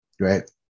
right